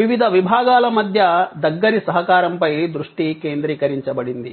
వివిధ విభాగాల మధ్య దగ్గరి సహకారం ఫై దృష్టి కేంద్రీకరించబడింది